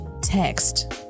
text